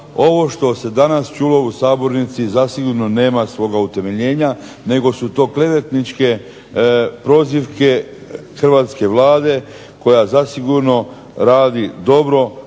ovo što se danas čulo u sabornici zasigurno nema svoga utemeljenja nego su to klevetničke prozivke hrvatske Vlade koja zasigurno radi dobro,